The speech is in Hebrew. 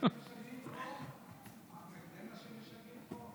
זה מה שמשלמים פה?